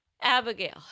Abigail